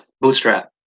Bootstrap